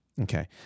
Okay